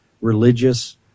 religious